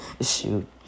Shoot